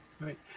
Right